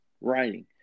writing